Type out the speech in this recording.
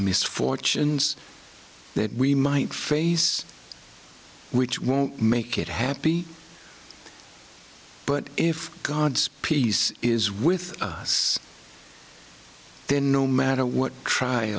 misfortunes that we might face which won't make it happy but if god's peace is with us then no matter what